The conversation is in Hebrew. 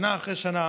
שנה אחרי שנה.